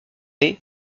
est